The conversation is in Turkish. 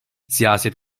siyaset